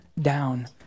down